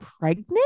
pregnant